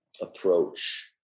approach